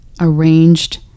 arranged